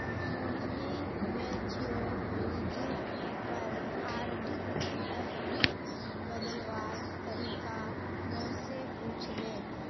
मोहिनी मैच्योरिटीर पर आरडीक एफ़डीत बदलवार तरीका मो से पूछले